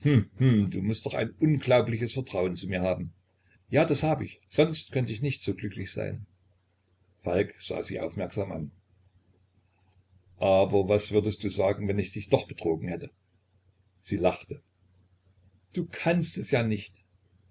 du mußt doch ein unglaubliches vertrauen zu mir haben ja das hab ich sonst könnt ich nicht so glücklich sein falk sah sie aufmerksam an aber was würdest du sagen wenn ich dich doch betrogen hätte sie lachte du kannst es ja nicht